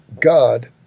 God